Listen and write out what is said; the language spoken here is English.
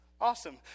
Awesome